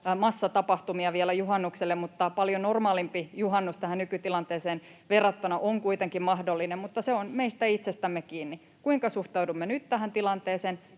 massatapahtumia vielä juhannukselle, mutta paljon normaalimpi juhannus tähän nykytilanteeseen verrattuna on kuitenkin mahdollinen. Mutta se on meistä itsestämme kiinni: kuinka suhtaudumme nyt tähän tilanteeseen,